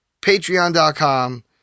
Patreon.com